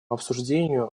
обсуждению